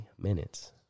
minutes